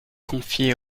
confié